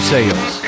Sales